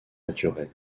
naturelle